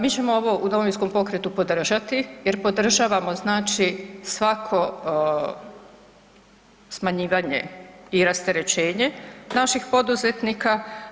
Mi ćemo ovo u Domovinskom pokretu podržati jer podržavamo znači svako smanjivanje i rasterećenje naših poduzetnika.